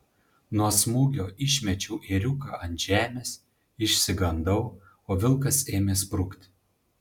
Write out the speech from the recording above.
nuo smūgio išmečiau ėriuką ant žemės išsigandau o vilkas ėmė sprukti